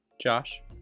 Josh